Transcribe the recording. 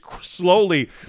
slowly